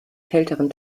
kälteren